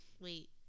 wait